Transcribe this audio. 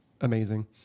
amazing